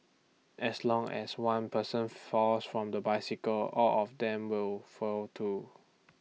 as long as one person falls from the bicycle all of them will fall too